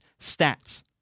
stats